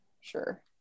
Sure